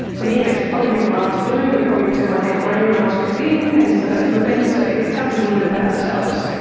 for me it probably makes my eyes blue, it probably turned my hair grey when i was fifteen, and so that sort of thing, so it it tells us a little bit about our cells.